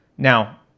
Now